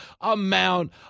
amount